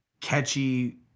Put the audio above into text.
catchy